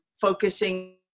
focusing